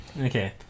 Okay